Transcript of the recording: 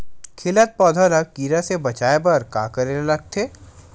खिलत पौधा ल कीरा से बचाय बर का करेला लगथे?